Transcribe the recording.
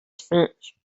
speech